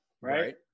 Right